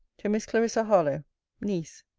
to miss clarissa harlowe niece,